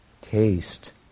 taste